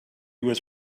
was